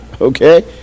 okay